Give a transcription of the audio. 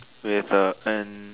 with the and